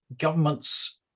governments